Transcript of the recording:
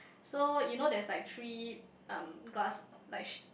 so you know there's like three um glass like sh~